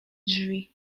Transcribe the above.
drzwi